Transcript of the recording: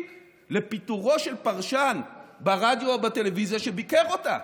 לפיטורו של פרשן ברדיו או בטלוויזיה שביקר אותה.